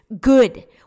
good